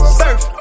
surf